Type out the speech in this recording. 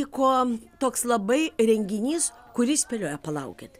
vyko toks labai renginys kurį spėlioja palaukit